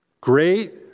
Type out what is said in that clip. Great